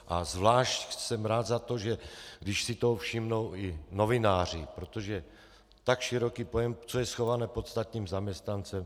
A zvlášť budu rád, když si toho všimnou i novináři, protože tak široký pojem, co je schované pod státním zaměstnancem...